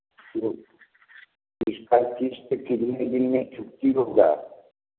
okay इसका कितने दिन में चुकती होगा